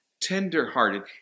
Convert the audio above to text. tender-hearted